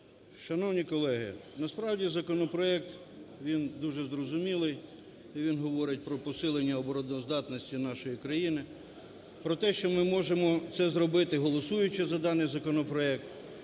Шановні колеги, насправді, законопроект, він дуже зрозумілий і він говорить про посилення обороноздатності нашої країни, про те, що ми можемо це зробити, голосуючи за даний законопроект.